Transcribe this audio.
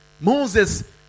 Moses